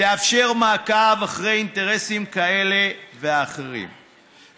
תאפשר מעקב אחרי אינטרסים כאלה ואחרים,